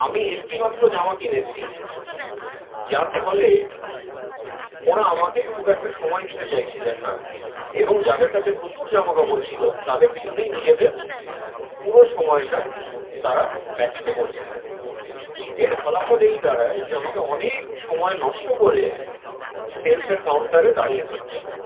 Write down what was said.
আমি একটি মাত্র জামা কিনেছি যার ফলে ওরা আমাকে খুব একটা সময় দিতে চাইছিলেন না এবং যাদের কাছে প্রচুর জামাকাপড় ছিল তাদের পিছনেই নিজেদের পুরো সময়টা তারা ব্যতীত করছিলেন এর ফলাফল এই দাঁড়ায় যে আমাকে অনেক সময় নষ্ট করে সেলসের কাউন্টারে দাঁড়িয়ে থাকতে হয়